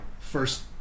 first